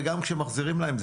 וגם כשמחזירים להם,